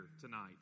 tonight